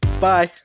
Bye